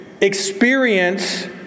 experience